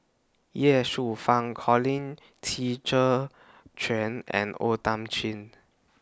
Ye Shufang Colin Qi Zhe Quan and O Thiam Chin